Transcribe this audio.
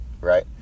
right